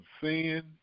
sin